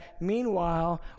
meanwhile